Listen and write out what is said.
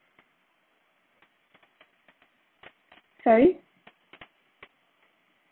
sorry